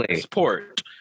support